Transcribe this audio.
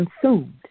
consumed